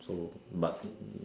so but